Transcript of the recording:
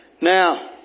Now